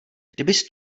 kdybys